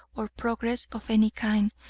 or progress of any kind,